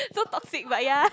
so toxic but ya